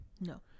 No